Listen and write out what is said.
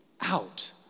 out